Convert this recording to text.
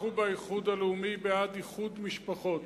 אנחנו באיחוד הלאומי בעד איחוד משפחות.